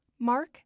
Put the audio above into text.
Mark